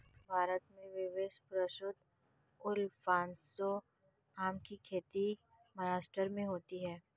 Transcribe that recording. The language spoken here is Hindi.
भारत में विश्व प्रसिद्ध अल्फांसो आम की खेती महाराष्ट्र में होती है